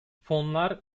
fonlar